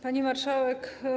Pani Marszałek!